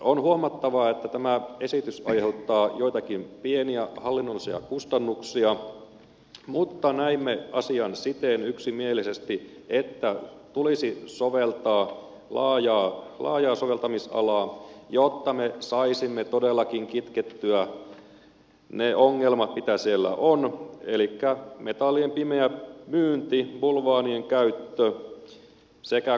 on huomattava että tämä esitys aiheuttaa joitakin pieniä hallinnollisia kustannuksia mutta näimme asian yksimielisesti siten että tulisi soveltaa laajaa soveltamisalaa jotta me saisimme todellakin kitkettyä ne ongelmat mitä siellä on elikkä metallien pimeän myynnin bulvaanien käytön sekä kuittikaupan